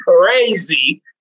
crazy